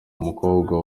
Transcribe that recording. mukobwa